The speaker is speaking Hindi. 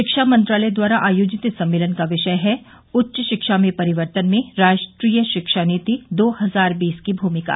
शिक्षा मंत्रालय द्वारा आयोजित इस सम्मेलन काविषय है उच्च शिक्षा में परिवर्तन में राष्ट्रीय शिक्षा नीति दो हजार बीस की भूमिका